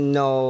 no